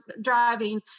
driving